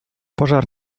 pożar